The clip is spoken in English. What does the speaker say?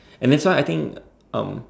and that's why I think um